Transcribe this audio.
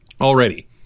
already